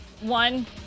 one